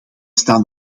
staan